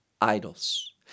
idols